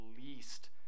least